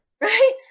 right